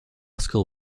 school